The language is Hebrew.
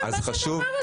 מה זה הדבר הזה?